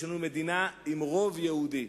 יש לנו מדינה עם רוב יהודי.